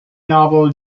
novel